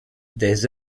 des